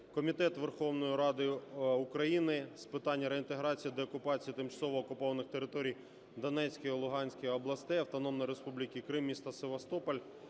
Комітет Верховної Ради України з питань реінтеграції, деокупації тимчасово окупованих територій у Донецькій, Луганській областях, Автономної Республіки Крим, міста Севастополя,